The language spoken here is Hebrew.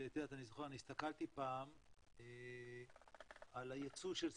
אני הסתכלתי פעם על היצוא של סינגפור,